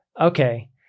okay